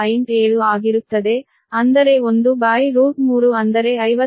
7 ಆಗಿರುತ್ತದೆ ಅಂದರೆ 13 ಅಂದರೆ 58